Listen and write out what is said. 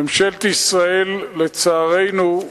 ממשלת ישראל, לצערנו,